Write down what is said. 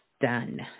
Done